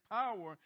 power